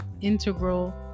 integral